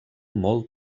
molt